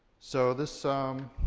so this. um